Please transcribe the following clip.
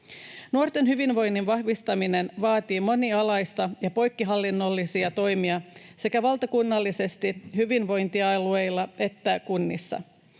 Nuorten hyvinvoinnin vahvistaminen vaatii monialaisia ja poikkihallinnollisia toimia sekä valtakunnallisesti, hyvinvointialueilla että kunnissa.